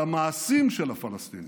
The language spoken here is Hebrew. על המעשים של הפלסטינים.